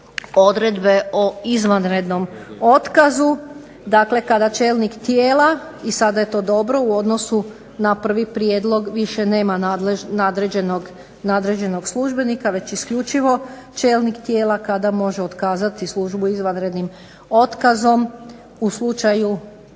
odredbe o izvanrednom otkazu. Dakle, kada čelnik tijela i sada je to dobro u odnosu na prvi prijedlog više nema nadređenog službenika već isključivo čelnik tijela kada može otkazati službu izvanrednim otkazom u slučaju